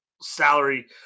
salary